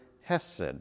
hesed